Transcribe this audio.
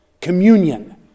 Communion